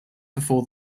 before